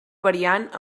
variant